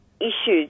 issues